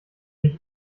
ich